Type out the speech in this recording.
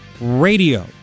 Radio